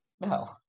No